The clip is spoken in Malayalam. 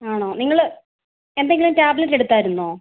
ആണോ നിങ്ങൾ എന്തെങ്കിലും ടാബ്ലെറ്റ് എടുത്തായിരുന്നോ